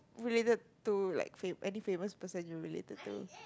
related to like fa~ any famous person you related to